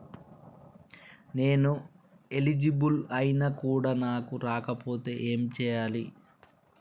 నేను ఎలిజిబుల్ ఐనా కూడా నాకు రాకపోతే ఏం చేయాలి?